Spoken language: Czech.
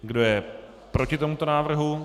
Kdo je proti tomuto návrhu?